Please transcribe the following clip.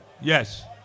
Yes